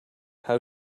how